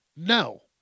No